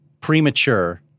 premature